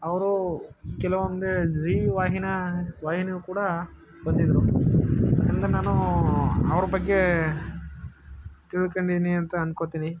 ಅವರು ಕೆಲವೊಮ್ಮೆ ಝೀ ವಾಹಿನಿ ವಾಹಿನಿಯೂ ಕೂಡಾ ಬಂದಿದ್ದರು ಅದರಿಂದ ನಾನು ಅವ್ರ ಬಗ್ಗೆ ತಿಳ್ಕೊಂಡಿದ್ದೀನಿ ಅಂತ ಅನ್ಕೋತೀನಿ